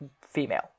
female